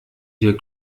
wir